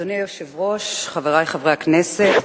אדוני היושב-ראש, חברי חברי הכנסת,